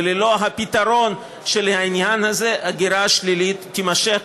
וללא הפתרון של העניין הזה ההגירה השלילית תימשך,